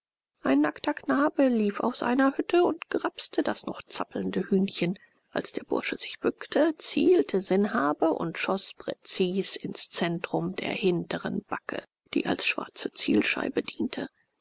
ein nackter knabe lief aus einer hütte und grapste das noch zappelnde hühnchen als der bursche sich bückte zielte sanhabe und schoß präzis ins zentrum der hinteren backe die als schwarze zielscheibe diente